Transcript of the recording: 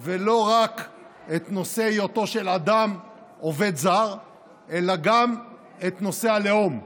ולא רק את נושא היותו של אדם עובד זר אלא גם את נושא הלאום.